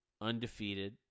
Undefeated